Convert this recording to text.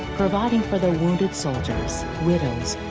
providing for the wounded soldiers, widows,